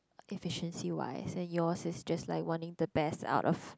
efficiency wise and yours is just like wanting the best out of